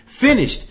finished